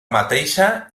mateixa